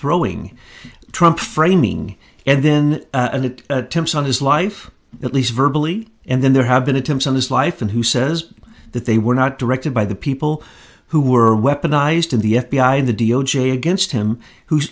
throwing trump framing and then and it temps on his life at least verbally and then there have been attempts on his life and who says that they were not directed by the people who were weaponized in the f b i the d o j against him who